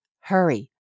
Hurry